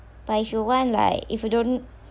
but if you want like if you don't